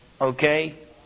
okay